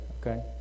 okay